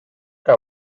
que